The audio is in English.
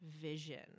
vision